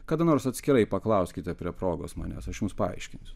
kada nors atskirai paklauskite prie progos manęs aš jums paaiškinsiu